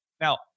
Now